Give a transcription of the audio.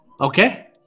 Okay